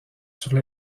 sur